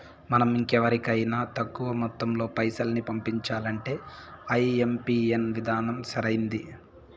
మనం ఇంకెవరికైనా తక్కువ మొత్తంలో పైసల్ని పంపించాలంటే ఐఎంపిన్ విధానం సరైంది